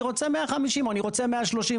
אני רוצה 150 מ"R או אני רוצה 130 מ"ר.